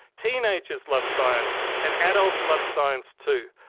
teenagers love science, and adults love science too.